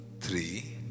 three